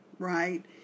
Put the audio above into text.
right